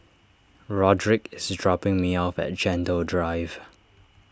Rodrick is dropping me off at Gentle Drive